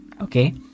Okay